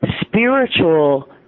spiritual